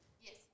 Yes